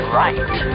right